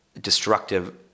destructive